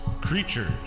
creatures